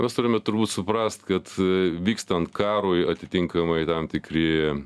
mes turime turbūt suprast kad vykstant karui atitinkamai tam tikri